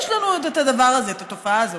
יש לנו עוד את הדבר הזה, את התופעה הזאת.